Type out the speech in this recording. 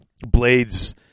blades